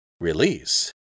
Release